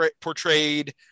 portrayed